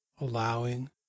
allowing